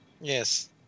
Yes